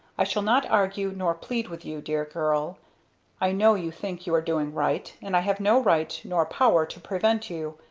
i shall not argue nor plead with you, dear girl i know you think you are doing right and i have no right, nor power, to prevent you.